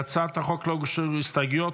להצעת החוק לא הוגשו הסתייגויות.